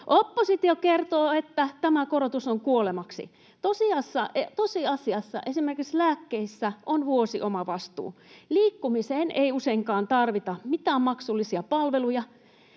Oppositio kertoo, että tämä korotus on kuolemaksi. Tosiasiassa esimerkiksi lääkkeissä on vuosiomavastuu. Liikkumiseen ei useinkaan tarvita mitään maksullisia palveluja.